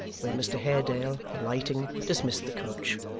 where mr haredale, alighting, dismissed the coach.